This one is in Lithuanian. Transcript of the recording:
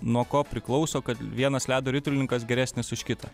nuo ko priklauso kad vienas ledo ritulininkas geresnis už kitą